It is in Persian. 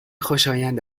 خوشایند